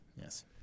Yes